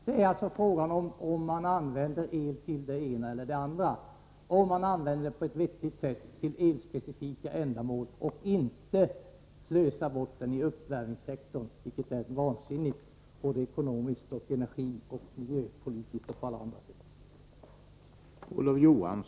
Det är alltså fråga om hur man använder elen - om man använder den på ett vettigt sätt, till elspecifika ändamål, eller om man slösar bort den i uppvärmningssektorn, vilket är vansinnigt — ekonomiskt, energioch miljöpolitiskt och på alla andra sätt.